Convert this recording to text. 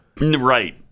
Right